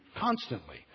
Constantly